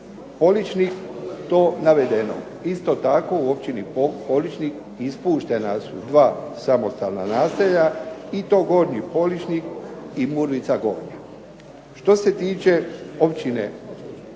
Poličnik to navedeno. Isto tako u OPćini POličnik ispuštena su dva samostalna naselja i to Gornji Poličnik i Murvica gornja. Što se tiče Općine Posedarje